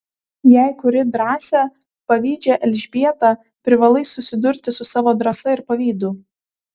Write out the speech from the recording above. jei kuri drąsią pavydžią elžbietą privalai susidurti su savo drąsa ir pavydu